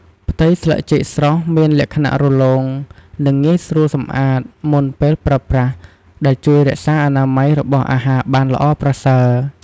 ផ្ទៃស្លឹកចេកស្រស់មានលក្ខណៈ រលោង និងងាយស្រួលសម្អាត មុនពេលប្រើប្រាស់ ដែលជួយរក្សាអនាម័យរបស់អាហារបានល្អប្រសើរ។